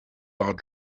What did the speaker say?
are